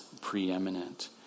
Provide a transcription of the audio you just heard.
preeminent